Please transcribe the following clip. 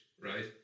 right